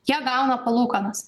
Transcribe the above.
jie gauna palūkanas